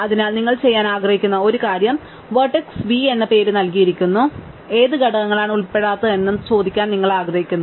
അതിനാൽ നിങ്ങൾ ചെയ്യാനാഗ്രഹിക്കുന്ന ഒരു കാര്യം വെർട്ടെക്സ് v എന്ന പേര് നൽകിയിരിക്കുന്നു ഏത് ഘടകങ്ങളാണ് ഉൾപ്പെടാത്തതെന്ന് ചോദിക്കാൻ നിങ്ങൾ ആഗ്രഹിക്കുന്നു